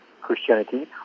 Christianity